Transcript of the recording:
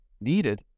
needed